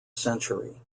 century